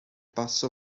passo